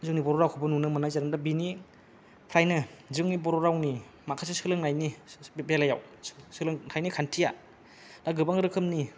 जोंनि बर'रावखौबो नुनो मोन्नाय जादों दा बेनिखायनो जोंनि बर'रावनि माखासे सोलोंनाइनि बेलायाव सोलोंथाइनि खान्थिया दा गोबां रोखोमनि